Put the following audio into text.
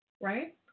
Right